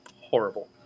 Horrible